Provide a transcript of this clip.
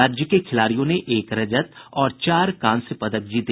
राज्य के खिलाड़ियों ने एक रजत और चार कांस्य पदक जीते